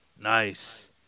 Nice